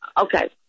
Okay